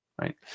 right